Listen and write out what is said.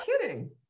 kidding